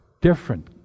different